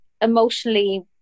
emotionally